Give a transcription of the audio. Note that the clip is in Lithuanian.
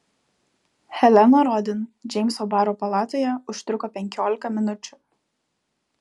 helena rodin džeimso baro palatoje užtruko penkiolika minučių